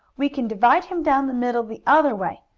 we can divide him down the middle the other way.